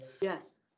yes